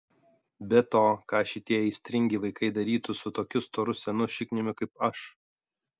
be to ką šitie aistringi vaikai darytų su tokiu storu senu šikniumi kaip aš